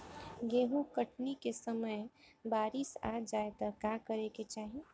गेहुँ कटनी के समय बारीस आ जाए तो का करे के चाही?